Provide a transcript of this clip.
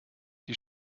die